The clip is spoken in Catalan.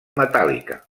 metàl·lica